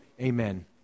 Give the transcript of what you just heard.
amen